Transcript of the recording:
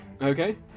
Okay